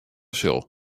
sil